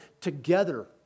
together